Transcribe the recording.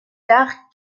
dar